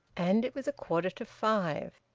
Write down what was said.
and it was a quarter to five.